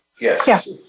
yes